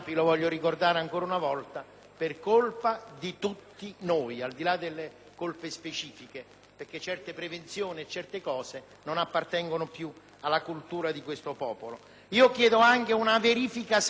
per colpa di tutti noi, al di là delle responsabilità specifiche, perché certe misure di prevenzione non appartengono più alla cultura di questo popolo. Chiedo anche una verifica seria - lo chiedo agli amici della Lega